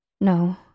no